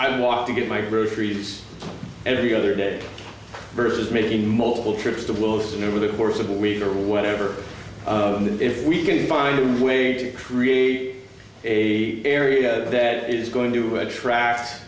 don't want to get my groceries every other day versus making multiple trips to littles and over the course of a week or whatever if we can find a way to create a area that is going to attract